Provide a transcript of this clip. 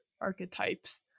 archetypes